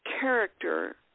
character